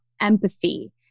empathy